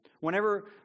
Whenever